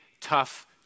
tough